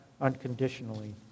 unconditionally